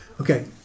Okay